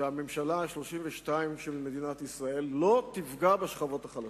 שהממשלה ה-32 של מדינת ישראל לא תפגע בשכבות החלשות?